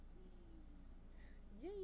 Yay